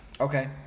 Okay